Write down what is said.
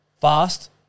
fast